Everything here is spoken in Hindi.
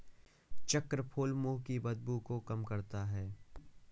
चक्रफूल मुंह की बदबू को कम करता है